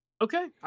Okay